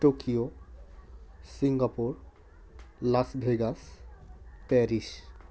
Tokyo Singapore Las Vegas Paris